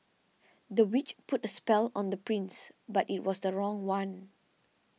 the witch put a spell on the prince but it was the wrong one